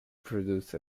produce